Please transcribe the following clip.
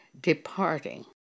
departing